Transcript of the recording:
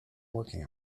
working